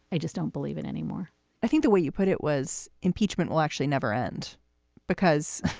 i just don't believe it anymore i think the way you put it was impeachment will actually never end because